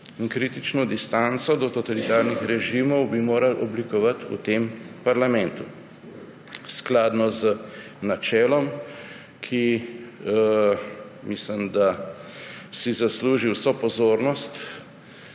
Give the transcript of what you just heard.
Kritično distanco do totalitarnih režimov bi morali oblikovati v tem parlamentu. Skladno z načelom, ki mislim, da si zasluži vso pozornost